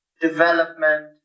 development